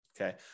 okay